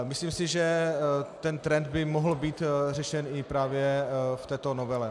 Myslím si, že tenhle trend by mohl být řešen právě i v této novele.